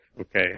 Okay